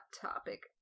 topic